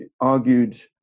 argued